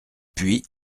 puis